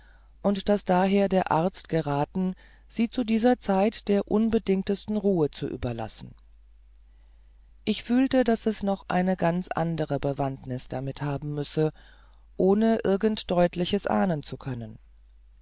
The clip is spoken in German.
und daß daher der arzt geraten sie zu dieser zeit der unbedingtesten ruhe zu überlassen ich fühlte daß es noch eine ganz andere bewandtnis damit haben müsse ohne irgend deutliches ahnen zu können